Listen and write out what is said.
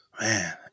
man